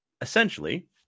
essentially